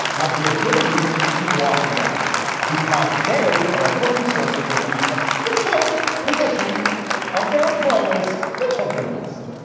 have the ability to walk away because they are a little concerned with the official position of their employers. let's hope for the best,